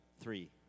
Three